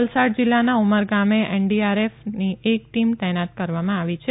વલસાડ જીલ્લાના ઉમરગામે એનડીઆરએફન એક ટીમ તૈનાત કરવામાં આવ છે